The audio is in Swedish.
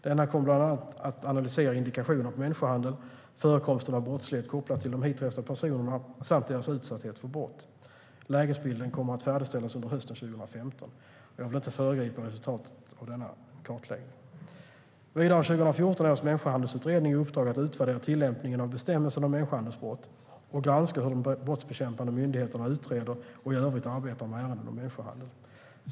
Denna kommer bland annat att analysera indikationer på människohandel, förekomsten av brottslighet kopplad till de hitresta personerna samt deras utsatthet för brott. Lägesbilden kommer att färdigställas under hösten 2015. Jag vill inte föregripa resultatet av denna kartläggning. Vidare har 2014 års människohandelsutredning i uppdrag att utvärdera tillämpningen av bestämmelsen om människohandelsbrott och granska hur de brottsbekämpande myndigheterna utreder och i övrigt arbetar med ärenden om människohandel.